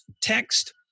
text